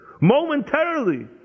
momentarily